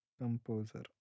Composer